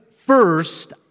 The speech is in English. first